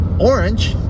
orange